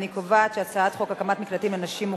42. אני קובעת שהצעת חוק הקמת מקלטים לנשים מוכות,